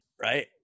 right